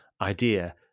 idea